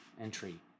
entry